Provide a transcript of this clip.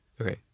okay